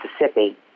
Mississippi